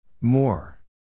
More